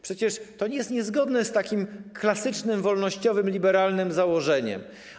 Przecież to jest niezgodne z takim klasycznym wolnościowym, liberalnym założeniem.